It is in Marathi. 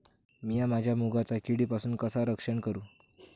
मीया माझ्या मुगाचा किडीपासून कसा रक्षण करू?